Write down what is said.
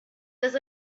does